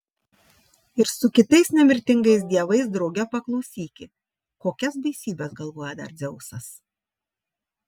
ir su kitais nemirtingais dievais drauge paklausyki kokias baisybes galvoja dar dzeusas